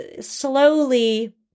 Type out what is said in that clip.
slowly